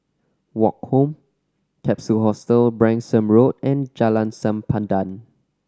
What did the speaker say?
Woke Home Capsule Hostel Branksome Road and Jalan Sempadan